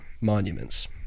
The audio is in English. monuments